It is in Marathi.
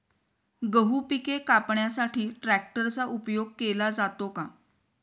गहू पिके कापण्यासाठी ट्रॅक्टरचा उपयोग केला जातो का?